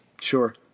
Sure